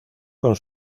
con